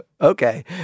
Okay